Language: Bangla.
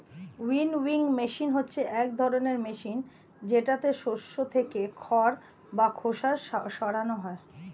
উইনউইং মেশিন হচ্ছে এক ধরনের মেশিন যেটাতে শস্য থেকে খড় বা খোসা সরানো হয়